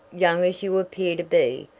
young as you appear to be,